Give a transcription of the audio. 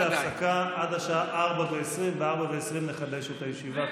לצאת להפסקה עד השעה 16:20. היושב-ראש,